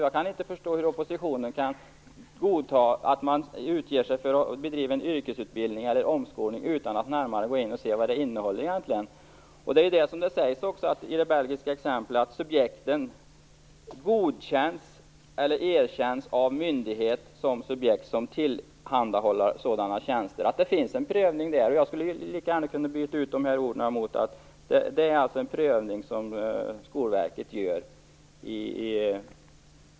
Jag kan inte förstå hur oppositionen kan godta att någon utger sig för att bedriva en yrkesutbildning eller omskolning utan att man ser närmare på vad utbildningen egentligen innehåller. I det belgiska exemplet sägs ju också att subjekten godkänns eller erkänns av myndighet som tillhandahåller sådana tjänster. Det finns alltså en prövning. Jag skulle lika gärna kunna byta ut det mot att prövning görs av Skolverket.